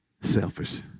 selfish